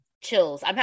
chills